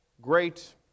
great